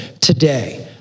today